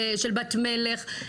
של בת מלך,